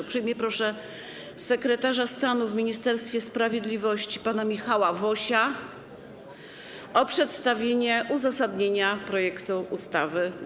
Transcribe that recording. Uprzejmie proszę sekretarza stanu w Ministerstwie Sprawiedliwości pana Michała Wosia o przedstawienie uzasadnienia projektu ustawy.